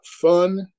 fun